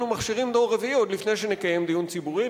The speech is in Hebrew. מכשירים דור רביעי עוד לפני שנקיים דיון ציבורי.